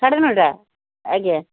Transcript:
ସାଢ଼େ ନଅଟା ଆଜ୍ଞା